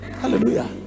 hallelujah